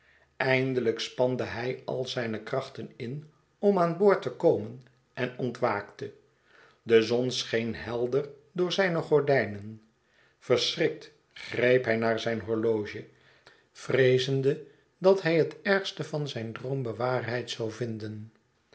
eindelijk spande hij al zijne krachten in om aan boord te komen en ontwaakte de zon scheen helder door zijne gordijnen verschrikt greep hij naar z'yn horloge vreezende dat hij het ergste van zijn droom bewaarheid zou vinden